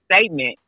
statement